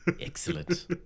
Excellent